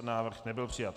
Návrh nebyl přijat.